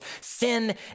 Sin